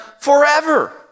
forever